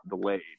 delayed